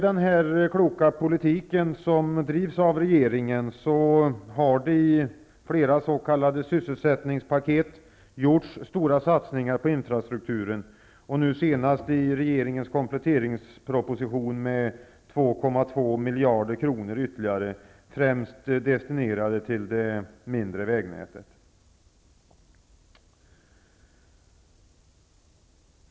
Denna kloka politik drivs av regeringen, och i flera s.k. sysselsättningspaket har stora satsningar gjorts på infrastrukturen. Nu senast i regeringens kompletteringsproposition anslås 2,2 miljarder kronor ytterligare, destinerade till det mindre vägnätet.